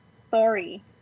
story